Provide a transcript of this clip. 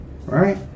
Right